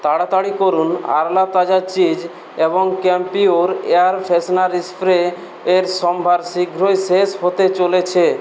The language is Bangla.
তাড়াতাড়ি করুন আরলা তাজা চিজ এবং ক্যাম্পিউর এয়ার ফ্রেশনার স্প্রে এর সম্ভার শীঘ্রই শেষ হতে চলেছে